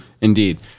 Indeed